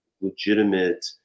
legitimate